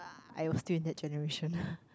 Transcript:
I was still in that generation lah